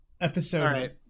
Episode